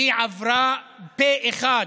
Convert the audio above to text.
והיא עברה פה אחד,